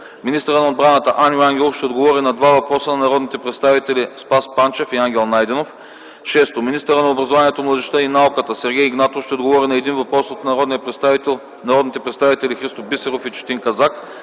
Министърът на отбраната Аню Ангелов ще отговори на два въпроса от народните представители Спас Панчев и Ангел Найденов. 6. Министърът на образованието, младежта и науката Сергей Игнатов ще отговори на един въпрос от народните представители Христо Бисеров и Четин Казак.